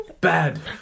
Bad